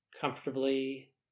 comfortably